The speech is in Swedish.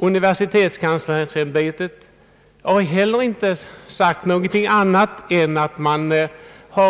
Universitetskanslersämbetet har inte heller sagt något annat än att man